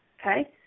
Okay